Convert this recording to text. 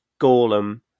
Golem